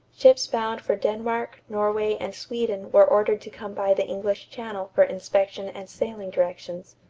ships bound for denmark, norway, and sweden were ordered to come by the english channel for inspection and sailing directions.